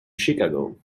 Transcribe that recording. chicago